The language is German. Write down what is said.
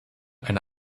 eine